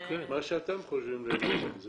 מה שאתם חושבים לנכון.